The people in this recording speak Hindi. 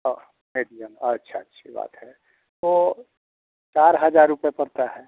हाँ मेडियम अच्छा अच्छी बात है तो चार हज़ार रुपये पड़ता है